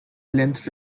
length